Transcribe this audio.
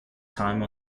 time